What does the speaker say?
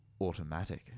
automatic